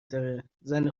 داره، زن